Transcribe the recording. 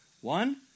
One